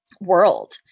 world